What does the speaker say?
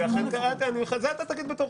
את זה אתה תגיד בתורך.